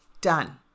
Done